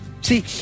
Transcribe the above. See